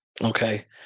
okay